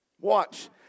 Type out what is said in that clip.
Watch